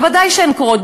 בוודאי שהן קורות,